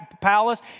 palace